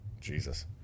Jesus